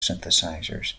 synthesizers